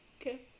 Okay